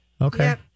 Okay